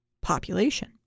population